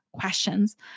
questions